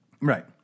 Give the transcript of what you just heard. Right